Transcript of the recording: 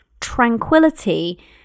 tranquility